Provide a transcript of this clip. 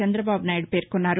Chandrababu Naidu పేర్సొన్నారు